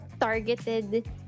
targeted